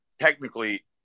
technically